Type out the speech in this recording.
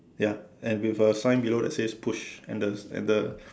ya and with a sign below that says push and the and the